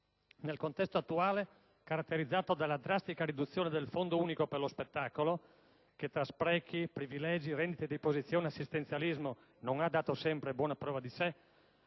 Nel contesto attuale, caratterizzato dalla drastica riduzione del Fondo unico per lo spettacolo, che tra sprechi, privilegi, rendite di posizione e assistenzialismo non ha dato sempre buona prova di sé,